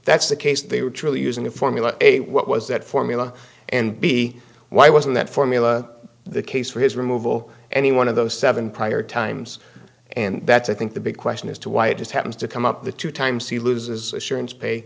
that's the case they were truly using a formula a what was that formula and b why wasn't that formula the case for his removal any one of those seven prior times and that's i think the big question as to why it just happens to come up the two times he loses sharon's pay